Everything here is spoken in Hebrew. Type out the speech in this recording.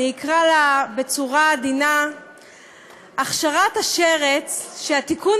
אני אקרא לה בצורה עדינה "הכשרת השרץ" שהתיקון